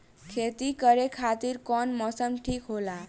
खेती करे खातिर कौन मौसम ठीक होला?